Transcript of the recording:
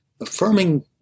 affirming